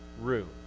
room